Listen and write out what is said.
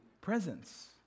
presence